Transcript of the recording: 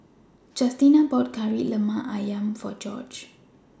Justina bought Kari Lemak Ayam For Gorge